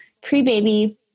pre-baby